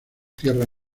tierra